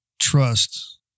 trust